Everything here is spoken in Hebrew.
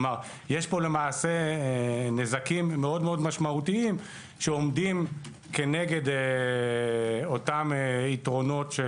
יש פה למעשה נזקים מאוד משמעותיים שעומדים כנגד אותם יתרונות.